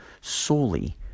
solely